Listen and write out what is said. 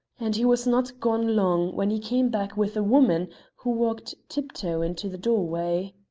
and he was not gone long when he came back with a woman who walked tiptoe into the doorway.